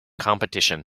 competition